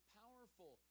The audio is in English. powerful